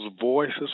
voices